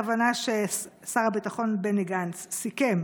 הכוונה ששר הביטחון בני גנץ סיכם